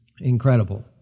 Incredible